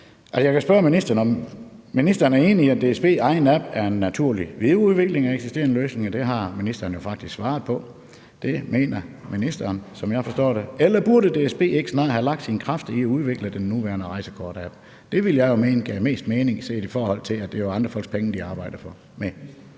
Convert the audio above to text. Jeg kan spørge ministeren, om han er enig i, at DSB's egen app er en naturlig videreudvikling af en eksisterende løsning, og det har ministeren jo faktisk svaret på – det mener ministeren, som jeg forstår det – eller om DSB ikke snarere burde have lagt sine kræfter i at udvikle den nuværende rejsekortapp Det ville jeg jo mene gav mest mening, set i forhold til at det jo er andre folks penge, de arbejder med.